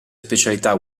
specialità